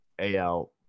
AL